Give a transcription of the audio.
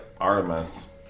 Artemis